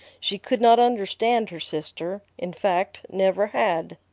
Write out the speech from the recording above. she could not understand her sister, in fact, never had.